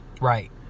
Right